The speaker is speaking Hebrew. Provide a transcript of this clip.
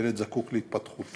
ילד זקוק להתפתחותו